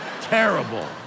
terrible